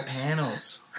panels